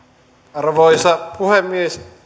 arvoisa puhemies